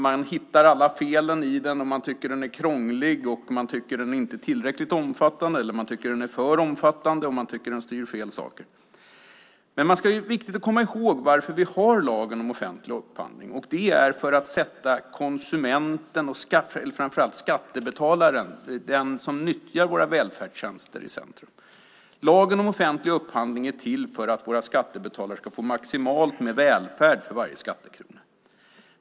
Man hittar alla felen i den. Man tycker att den är krånglig, att den inte är tillräckligt omfattande eller att den är för omfattande, och att den styr fel saker. Det är viktigt att komma ihåg varför vi har lagen om offentlig upphandling. Det är för att sätta konsumenten och framför allt skattebetalaren, den som nyttjar våra välfärdstjänster, i centrum. Lagen om offentlig upphandling är till för att våra skattebetalare ska få maximal välfärd för varje skattekrona.